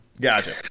Gotcha